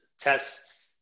tests